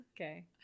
Okay